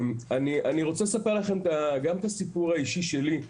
אני רוצה לספר לכם גם את הסיפור האישי שלי.